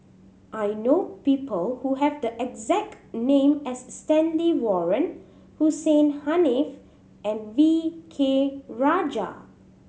I know people who have the exact name as Stanley Warren Hussein Haniff and V K Rajah